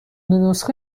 نسخه